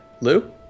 Lou